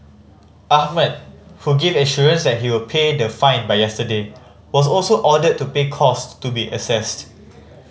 Ahmed who gave assurance he would pay the fine by yesterday was also ordered to pay costs to be assessed